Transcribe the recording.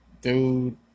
Dude